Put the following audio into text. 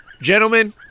Gentlemen